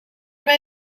mij